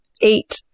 Eight